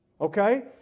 Okay